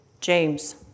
James